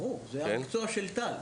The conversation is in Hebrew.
זהו המקצוע של טל.